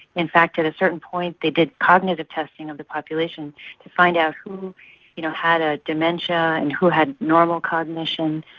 in fact at a certain point they did cognitive testing of the population to find out who you know had ah dementia and who had normal cognition.